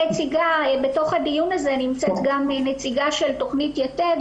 בתוך הדיון הזה נמצאת גם נציגה של תוכנית "יתד",